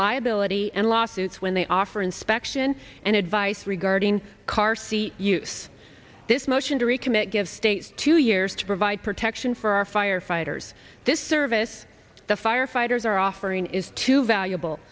liability and lawsuits when they offer inspection and advice regarding car seat use this motion to recommit give states two years to provide protection for our firefighters this service the firefighters are offering is too valuable